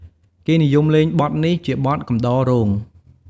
គេនិយមលេងបទនេះ ជាបទកំដររោង។